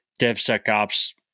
DevSecOps